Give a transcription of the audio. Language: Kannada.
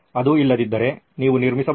ಅದು ಇಲ್ಲದಿದ್ದರೆ ನೀವು ನಿರ್ಮಿಸಬಹುದು